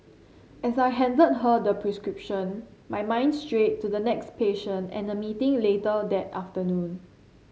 as I handed her the prescription my mind strayed to the next patient and a meeting later that afternoon